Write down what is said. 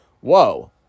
whoa